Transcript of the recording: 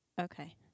Okay